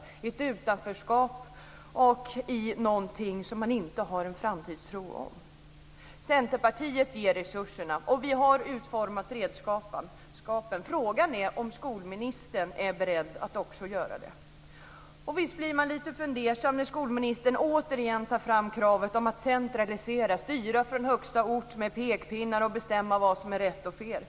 De hamnar i ett utanförskap, utan framtidstro. Centerpartiet ger resurserna. Vi har utformat redskapen. Frågan är om skolministern också är beredd att göra det. Visst blir man fundersam när skolministern återigen tar fram kravet på att centralisera, styra från högsta ort med pekpinnar och bestämma vad som är rätt och fel.